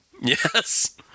Yes